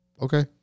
Okay